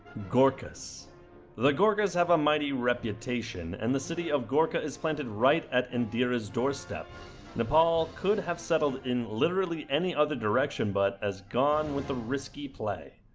gorkhas the gorgas have a mighty reputation and the city of gorka is planted right at indira's doorstep nopal could have settled in literally any other direction but as gone with the risky play